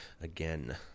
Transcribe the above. again